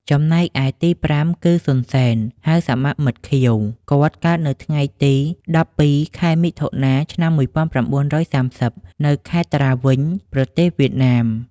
ចំណែកឯទីប្រាំគឺ សុន សេន (ហៅសមមិត្ត ខៀវ) គាត់កើតនៅថ្ងៃទី១២ ខែមិថុនា ឆ្នាំ១៩៣០ នៅខេត្តត្រាវិញ ប្រទេសវៀតណាម។